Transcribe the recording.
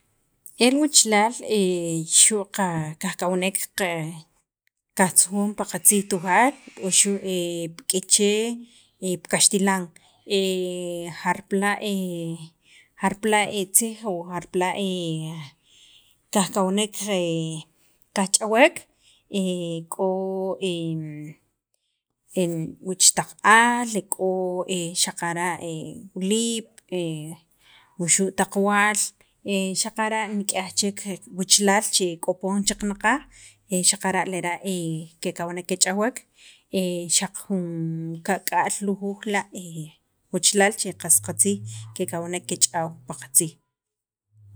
el wachalaal xu' qa kajkawnek kaj kajtzujun pi li tziij tujaal o xu' pi k'iche' pi kaxtilan jarpala' tziij o jarpala' kajkawnek kajch'awek, k'o wich taq aal xaqara' wiliib' wuxu' taq waal xaqara' nik'yaj chek wachalaal che e k'o poon chi qanaqaj xaqara' lera' kekawnek kech'awek, xaq jun ka'k'aal lujuuj che qas kekawnek kech'aw paqatziij